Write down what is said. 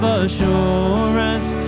assurance